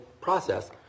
process